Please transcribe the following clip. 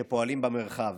שפועלים במרחב.